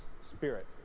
spirit